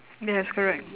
yes correct